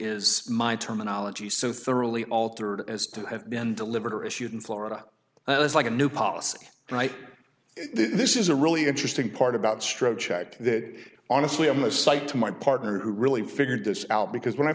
is my terminology so thoroughly altered as to have been delivered or issued in florida and i was like a new policy right this is a really interesting part about stroke chat that honestly i'm a cite to my partner who really figured this out because when i